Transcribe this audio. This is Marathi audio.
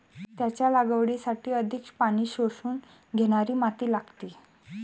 त्याच्या लागवडीसाठी अधिक पाणी शोषून घेणारी माती लागते